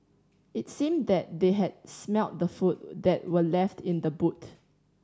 it seemed that they had smelt the food that were left in the boot